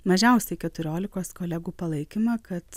mažiausiai keturiolikos kolegų palaikymą kad